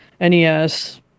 NES